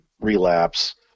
Relapse